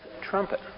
trumpet